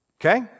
Okay